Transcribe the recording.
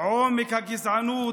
עומק הגזענות,